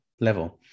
level